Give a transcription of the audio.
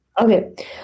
Okay